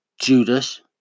Judas